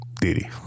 Diddy